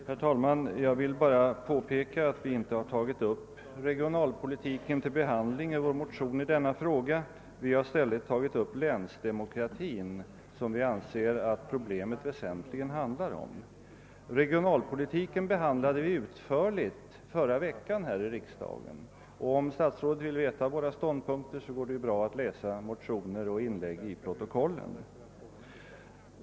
Herr talman! Jag vill bara påpeka att vi inte har berört regionalpolitiken i våra motioner i denna fråga. Vi har i stället tagit upp länsdemokratin, som vi anser att problemet. väsentligen gäller. Regionalpolitiken behandlade vi utförligt här i riksdagen i förra veckan, och om statsrådet vill veta våra ståndpunkter går det bra att läsa våra motioner och våra inlägg i protokollen.